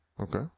Okay